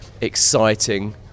exciting